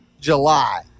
July